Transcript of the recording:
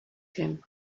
him